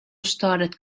started